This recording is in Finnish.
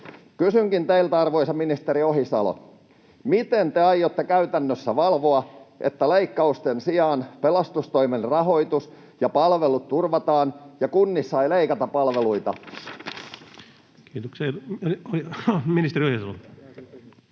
Kysynkin teiltä, arvoisa ministeri Ohisalo: miten te aiotte käytännössä valvoa, että leikkausten sijaan pelastustoimen rahoitus ja palvelut turvataan ja kunnissa ei leikata palveluita? [Speech